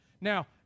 Now